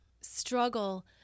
struggle